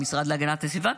והמשרד להגנת הסביבה,